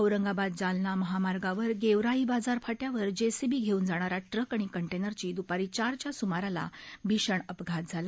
औरंगाबाद जालना महामार्गावर गेवराई बाजार फाट्यावर जेसीबी घेऊन जाणाऱ्या ट्रक आणि कंटेनरचा द्रपारी चारच्या सुमाराला भीषण अपघात झाला